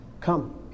come